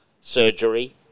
surgery